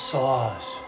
Saws